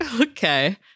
okay